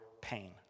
pain